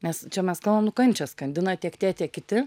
nes čia mes kalbam nu kančią skandina tiek tie tiek kiti